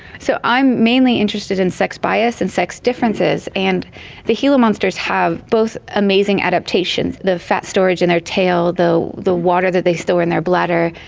so i'm mainly interested in sex bias and sex differences, and the gila monsters have both amazing adaptations the fat storage in their tail, the the water that they store in their bladder,